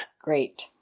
Great